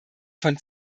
von